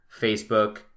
Facebook